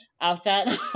outside